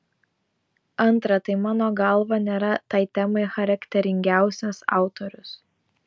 antra tai mano galva nėra tai temai charakteringiausias autorius